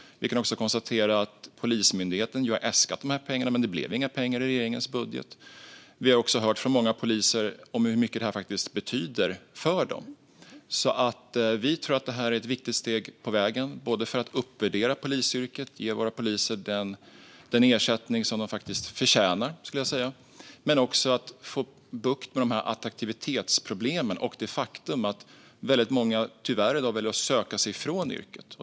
Vi kan också konstatera att Polismyndigheten har äskat de här pengarna, men det blev inga pengar i regeringens budget. Vi har också hört från många poliser hur mycket detta faktiskt betyder för dem. Vi tror alltså att detta är ett viktigt steg på vägen, både för att uppvärdera polisyrket och ge våra poliser den ersättning som de faktiskt förtjänar och för att få bukt med attraktivitetsproblemen och det faktum att väldigt många i dag tyvärr väljer att söka sig från yrket.